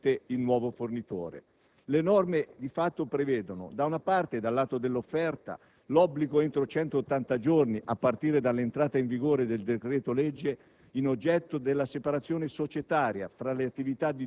e nella possibilità per i clienti di scegliere liberamente il nuovo fornitore. Le norme di fatto prevedono, dal lato dell'offerta, in primo luogo l'obbligo, entro 180 giorni a partire dall'entrata in vigore del decreto-legge